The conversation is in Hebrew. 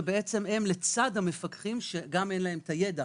שבעצם הם לצד המפקחים שלנו,